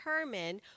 determine